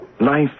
Life